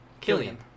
Killian